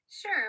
sure